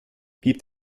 gibt